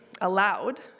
allowed